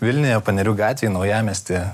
vilniuje panerių gatvėj naujamiesty